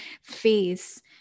face